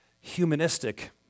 humanistic